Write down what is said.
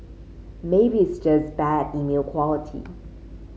maybe it's just bad email quality